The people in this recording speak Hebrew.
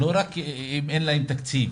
לא רק אם אין להן תקציב.